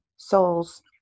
souls